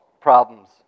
problems